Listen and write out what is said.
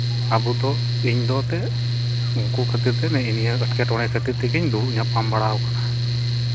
ᱟᱵᱚ ᱫᱚ ᱤᱧ ᱫᱚ ᱮᱱᱛᱮᱫ ᱩᱱᱠᱩ ᱠᱷᱟᱹᱛᱤᱨ ᱛᱮ ᱱᱮᱜᱼᱮ ᱱᱤᱭᱟᱹ ᱮᱴᱠᱮᱴᱚᱬᱮ ᱠᱷᱟᱹᱛᱤᱨ ᱛᱮᱜᱮᱧ ᱫᱩᱲᱩᱵᱽ ᱧᱟᱯᱟᱢ ᱵᱟᱲᱟᱣᱟ ᱠᱟᱱᱟ